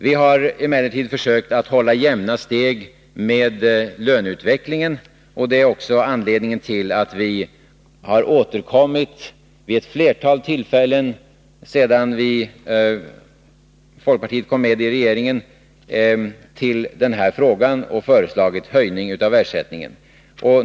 Vi har emellertid försökt att hålla jämna steg med löneutvecklingen. Det är också anledningen till att vi, sedan folkpartiet kom med i regeringen, vid ett flertal tillfällen har återkommit till den här frågan och föreslagit en höjning av ersättningen.